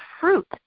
fruit